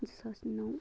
زٕ ساس نَو